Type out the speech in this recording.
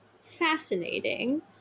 fascinating